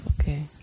okay